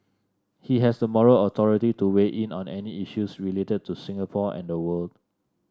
he has the moral authority to weigh in on any issues related to Singapore and the world